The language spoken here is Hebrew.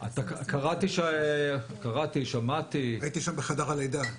הייתי שם בחדר הלידה.